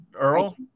Earl